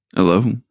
Hello